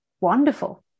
wonderful